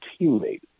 teammate